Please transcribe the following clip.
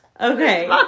Okay